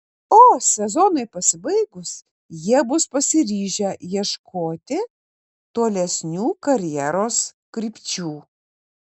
o sezonui pasibaigus jie bus pasiryžę ieškoti tolesnių karjeros krypčių